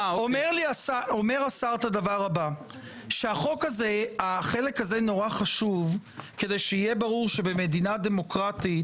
אומר השר שהחלק הזה מאוד חשוב כדי שיהיה ברור שבמדינה דמוקרטית,